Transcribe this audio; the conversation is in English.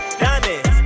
diamonds